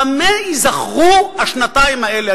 במה ייזכרו השנתיים האלה?